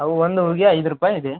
ಅವು ಒಂದು ಹೂಗೆ ಐದು ರೂಪಾಯಿ ಇದೆ